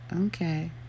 Okay